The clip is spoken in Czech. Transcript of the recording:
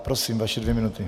Prosím, vaše dvě minuty.